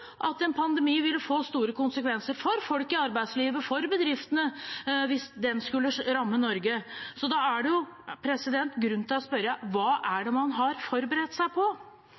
at en pandemi ville få store konsekvenser for folk i arbeidslivet og for bedriftene hvis den skulle ramme Norge. Da er det grunn til å spørre: Hva er det man har forberedt seg på?